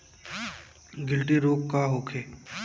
गिल्टी रोग का होखे?